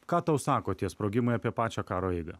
ką tau sako tie sprogimai apie pačią karo eigą